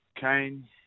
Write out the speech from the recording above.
Kane